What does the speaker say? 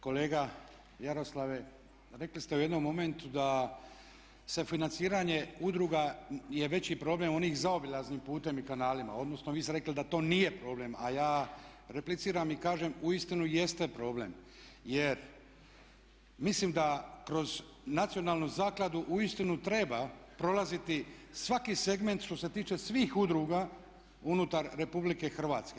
Kolega Jaroslave, rekli ste u jednom momentu da za financiranje udruga je veći problem onim zaobilaznim putem i kanalima odnosno vi ste rekli da to nije problem, a ja repliciram i kažem uistinu jeste problem jer mislim da kroz Nacionalnu zakladu uistinu treba prolaziti svaki segment što se tiče svih udruga unutar RH.